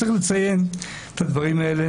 צריך לציין את הדברים האלה,